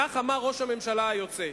כך אמר ראש הממשלה היוצא.